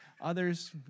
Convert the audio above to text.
Others